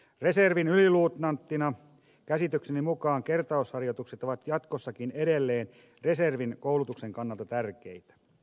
reservin yliluutnanttina käsitykseni mukaan kertausharjoitukset ovat jatkossakin edelleen reservin koulutuksen kannalta tärkeitä